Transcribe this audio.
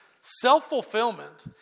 Self-fulfillment